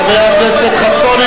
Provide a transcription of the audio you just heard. חבר הכנסת חסון,